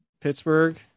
Pittsburgh